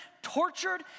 tortured